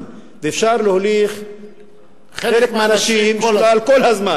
ואפשר להוליך חלק מהאנשים שולל כל הזמן,